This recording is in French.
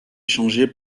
changés